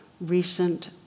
recent